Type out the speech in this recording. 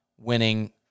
winning